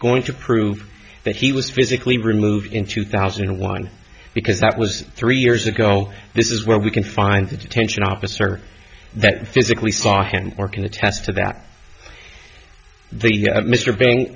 going to prove that he was physically removed in two thousand and one because that was three years ago this is where we can find the detention officer that physically saw him or can attest to that the mr b